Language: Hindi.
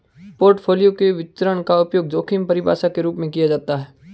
पोर्टफोलियो के विचरण का उपयोग जोखिम की परिभाषा के रूप में किया जाता है